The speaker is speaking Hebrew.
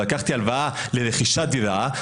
לקחתי הלוואה לרכישת דירה,